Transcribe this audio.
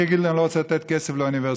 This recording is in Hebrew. אני אגיד לו: אני לא רוצה לתת כסף לאוניברסיטאות,